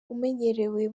umenyerewe